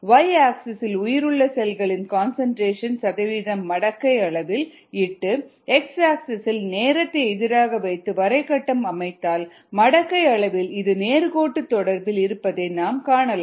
y axis இல் உயிருள்ள செல்களின் கன்சன்ட்ரேஷன் சதவிகிதம் மடக்கை அளவில் இட்டு x ஆக்சிஸ் இல் நேரத்தை எதிராக வைத்து வரை கட்டம் அமைத்தால் மடக்கை அளவில் இது நேர்க்கோட்டுத் தொடர்பில் இருப்பதை நாம் காணலாம்